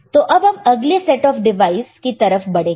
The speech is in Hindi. तो अब हम अगले सेट ऑफ डिवाइस के तरफ बढ़ेंगे